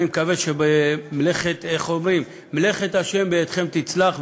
אני מקווה שמלאכת ה' בידכם תצלח,